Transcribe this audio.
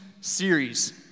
series